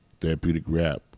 TherapeuticRap